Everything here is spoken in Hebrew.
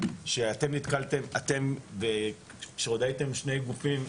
שאתם נתקלתם בקשיים כשעוד הייתם שני גופים,